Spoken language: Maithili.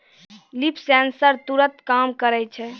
लीफ सेंसर तुरत काम करै छै